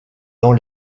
dans